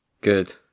good